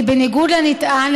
כי בניגוד לנטען,